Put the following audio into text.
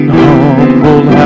humble